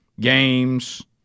games